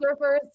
surfers